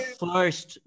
first